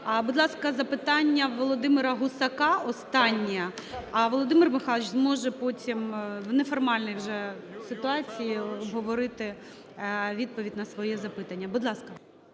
Будь ласка, запитання Володимира Гусака останнє. А Володимир Михайлович зможе потім в неформальній вже ситуації обговорити відповідь на своє запитання. Будь ласка.